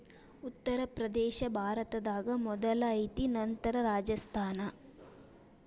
ಉತ್ತರ ಪ್ರದೇಶಾ ಭಾರತದಾಗ ಮೊದಲ ಐತಿ ನಂತರ ರಾಜಸ್ಥಾನ